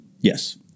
Yes